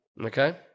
okay